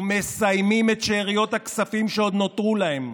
ומסיימים את שאריות הכספים שעוד נותרו להם.